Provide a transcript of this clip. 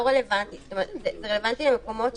ההפניה היא לאולם תרבות או למקום שהוא